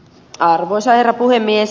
arvoisa herra puhemies